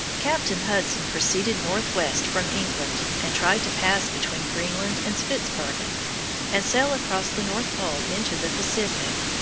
captain hudson proceeded northwest from england, and tried to pass between greenland and spitzbergen and sail across the north pole into the pacific.